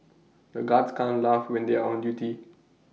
the guards can't laugh when they are on duty